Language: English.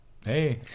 Hey